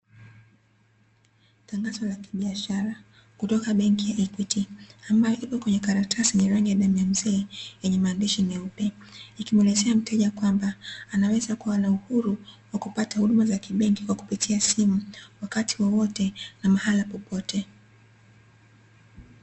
Tangazo la kibiashara kutoka Benki ya Equity, ambayo iko kwenye karatasi yenye rangi ya damu ya mzee yenye maandishi meupe, ikimuelezea mteja kwamba anaweza kuwa na uhuru wa kupata huduma za kibenki kupitia simu, wakati wowote na mahala popote.